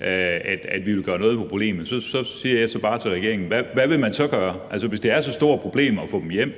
at vi vil gøre noget ved problemet. Jeg siger så bare til regeringen: Hvad vil man så gøre? Altså, hvis det er så stort et problem at få dem hjem,